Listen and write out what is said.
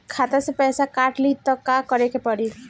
खाता से पैसा काट ली त का करे के पड़ी?